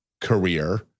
career